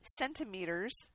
centimeters